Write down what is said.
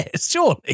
surely